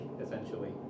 essentially